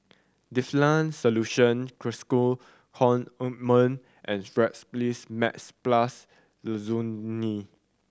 Difflam Solution Cocois Co Ointment and Strepsils Max Plus Lozenge